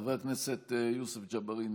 חבר הכנסת יוסף ג'בארין,